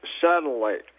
satellite